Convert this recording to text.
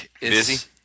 Busy